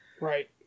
Right